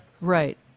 Right